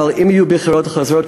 אבל אם יהיו בחירות חוזרות,